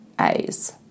A's